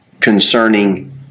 concerning